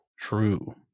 True